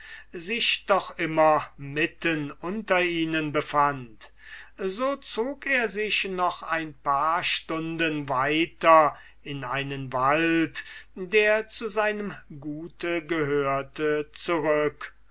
sich doch immer mitten unter ihnen befand so zog er sich noch etliche stunden weiter in einen wald der zu seinem gute gehörte zurück